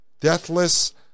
deathless